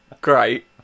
great